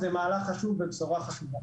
זה מהלך חשוב ובשורה חשובה.